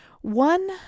One